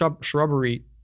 shrubbery